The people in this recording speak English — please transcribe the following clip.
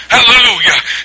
Hallelujah